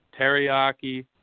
teriyaki